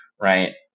right